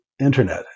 internet